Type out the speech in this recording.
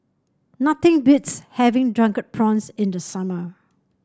nothing beats having Drunken Prawns in the summer